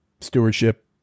stewardship